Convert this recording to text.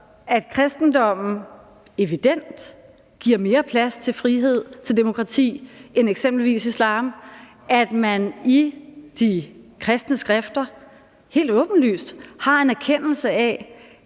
Kristendommen giver evident mere plads til frihed og demokrati end eksempelvis islam, fordi man i de kristne skrifter helt åbenlyst har en erkendelse af,